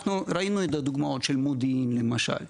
ראינו את הדוגמה של מודיעין למשל.